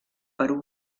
perú